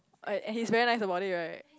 uh and he's very nice about it right